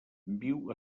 viu